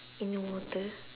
in the water